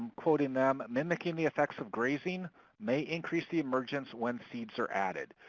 quoting them, mimicking the effects of grazing may increase the emergence when seeds are added.